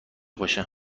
باشه